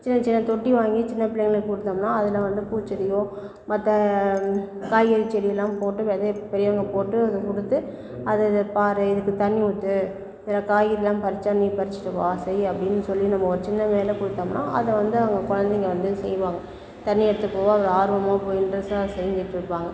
சின்ன சின்ன தொட்டி வாங்கி சின்னப் பிள்ளைங்களுக்கு கொடுத்தோம்னா அதில் வந்து பூச்செடியோ மற்ற காய்கறி செடியெல்லாம் போட்டு விதைய பெரியவங்க போட்டு கொடுத்து அது இதை பார் இதுக்கு தண்ணி ஊற்று ஏதோ காய் இருக்குதா பறித்தா நீ பறிச்சிட்டு வா செய் அப்படின்னு சொல்லி நம்ம ஒரு சின்ன வேலை கொடுத்தோம்னா அதை வந்து அவங்க குழந்தைங்க வந்து செய்வாங்க தண்ணி எடுத்துட்டு போக ஆர்வமாக போய் இன்ட்ரெஸ்ட்டாக செஞ்சுட்டு இருப்பாங்க